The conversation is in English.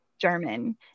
German